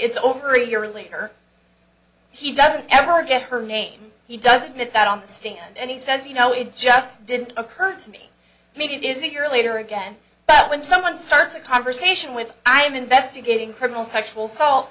it's over a year later he doesn't ever get her name he doesn't get that on the stand and he says you know it just didn't occur to me maybe it is your leader again but when someone starts a conversation with i'm investigating criminal sexual salt